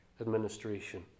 administration